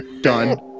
Done